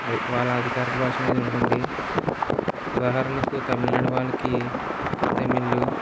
వాళ్ల అధికారిక భాష అనేది ఉంటుంది ఉదాహరణకు తమిళనాడు వాళ్ళకి తమిళ్